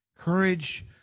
courage